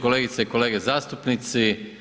Kolegice i kolege zastupnici.